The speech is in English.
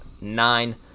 nine